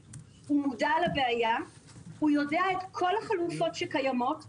לבעיה והוא יודע את כל החלופות שקיימות.